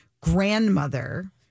grandmother